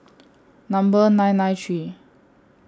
Number nine nine three